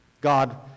God